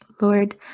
Lord